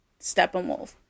Steppenwolf